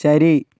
ശരി